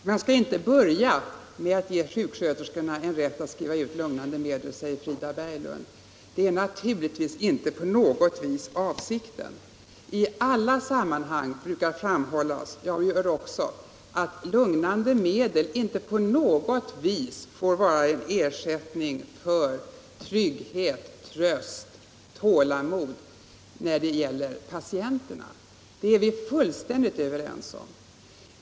Herr talman! Man skall inte börja med att ge sjuksköterskorna en rätt att skriva ut lugnande medel, säger Frida Berglund. Det är naturligtvis inte heller avsikten. I alla sammanhang brukar framhållas — jag gör det också — att lugnande medel inte på något vis får vara en ersättning för trygghet, tröst och tålamod när det gäller patienterna. Detta är vi fullständigt överens om.